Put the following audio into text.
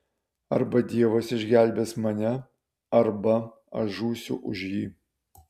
arba dievas išgelbės mane arba aš žūsiu už jį